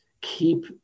keep